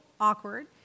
awkward